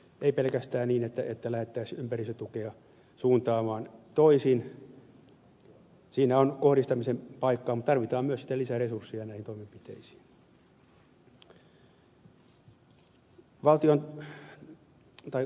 ei pelkästään niin että lähdettäisiin ympäristötukea suuntaamaan toisin siinä on kohdistamisen paikka mutta tarvitaan myös sitten lisää resursseja näihin toimenpiteisiin